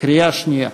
קריאה שנייה.